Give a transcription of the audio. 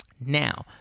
now